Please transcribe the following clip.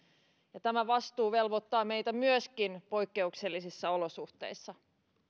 ja tämä vastuu velvoittaa meitä myöskin poikkeuksellisissa olosuhteissa